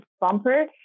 bumper